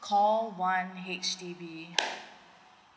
call one H_D_B